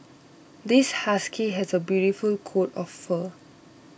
this husky has a beautiful coat of fur